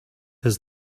his